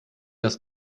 das